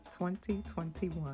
2021